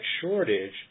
shortage